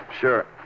Sure